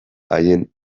haien